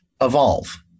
evolve